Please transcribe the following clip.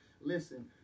listen